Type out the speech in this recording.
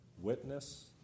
witness